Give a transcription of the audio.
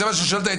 זה מה שהיא שואלת.